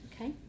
okay